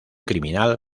criminal